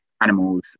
animals